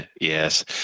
Yes